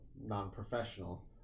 non-professional